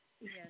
Yes